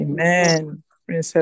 Amen